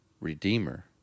Redeemer